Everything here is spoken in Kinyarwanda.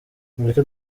mureke